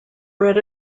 bread